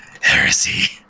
heresy